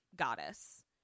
goddess